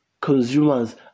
consumers